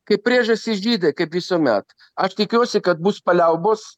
kaip priežastis žydai kaip visuomet aš tikiuosi kad bus paliaubos